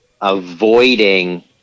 avoiding